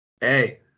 Hey